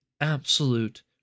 absolute